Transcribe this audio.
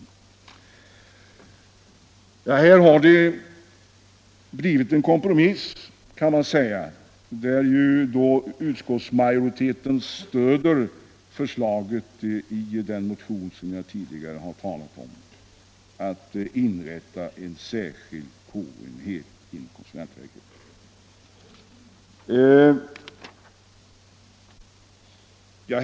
Här kan man säga att det har blivit en kompromiss, där utskottsmajoriteten stöder förslaget i den motion som jag tidigare har talat om och som handlar om att inrätta en särskild KO-enhet inom konsumentverket.